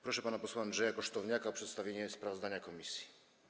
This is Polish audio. Proszę pana posła Andrzeja Kosztowniaka o przedstawienie sprawozdania komisji.